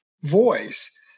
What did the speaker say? voice